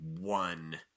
one